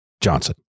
Johnson